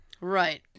Right